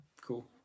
Cool